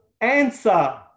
answer